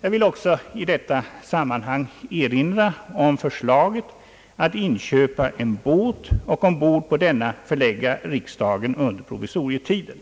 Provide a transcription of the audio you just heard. Jag vill också i detta sammanhang erinra om förslaget att inköpa en båt och ombord på denna förlägga riksdagen under provisorietiden.